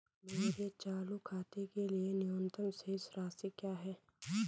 मेरे चालू खाते के लिए न्यूनतम शेष राशि क्या है?